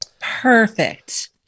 Perfect